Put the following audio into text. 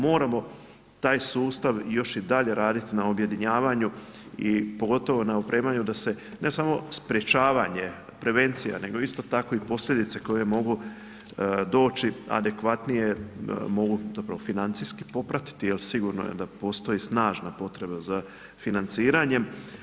Moramo taj sustav još i dalje raditi na objedinjavanju i pogotovo na opremanju da se ne samo sprečavanje, prevencija nego isto tako i posljedice koje mogu doći adekvatnije mogu financijski popratiti jel sigurno je da postoji snažna potreba za financiranjem.